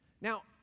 now